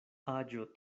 aĝo